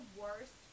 worst